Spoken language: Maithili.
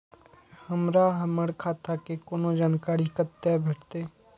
हमरा हमर खाता के कोनो जानकारी कते भेटतै